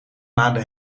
maande